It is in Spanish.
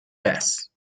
bass